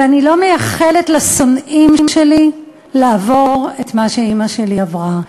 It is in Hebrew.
ואני לא מאחלת לשונאים שלי לעבור את מה שאימא שלי עברה.